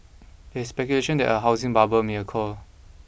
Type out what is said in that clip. there is speculation that a housing bubble may occur